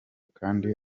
kandi